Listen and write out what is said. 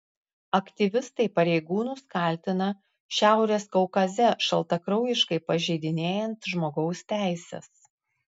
aktyvistai pareigūnus kaltina šiaurės kaukaze šaltakraujiškai pažeidinėjant žmogaus teises